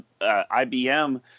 IBM